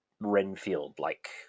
Renfield-like